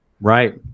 Right